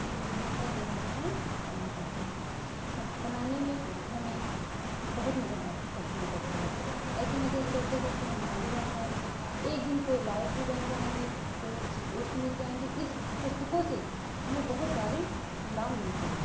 जिंदगी का जीवन सफल बना सकते हैं सब बनाने में हमें बहुत मदद आ करनी पड़ती है ऐसे मदद करते करते हम आगे बढ़ जाएंगे एक दिन कोई लायक ही बन जाएंगे कोई अच्छी पोस्ट मिल जाएँगी इस पुस्तकों से हमें बहुत सारे लाभ मिलते हैं